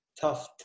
tough